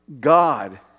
God